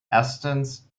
erstens